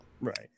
Right